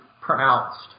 pronounced